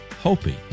hoping